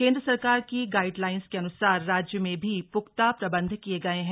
केंद्र सरकार की गाइड लाइन्स के अनुसार राज्य में भी पुख्ता प्रबन्ध किए गए हैं